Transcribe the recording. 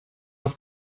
auf